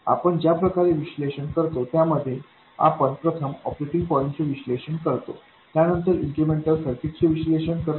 आपण ज्या प्रकारे विश्लेषण करतो त्यामध्ये आपण प्रथम ऑपरेटिंग पॉईंट चे विश्लेषण करतो त्यानंतर इन्क्रिमेंटल सर्किट चे विश्लेषण करतो